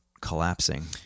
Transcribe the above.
collapsing